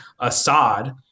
Assad